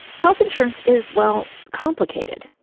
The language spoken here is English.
health insurance is, well, complicated.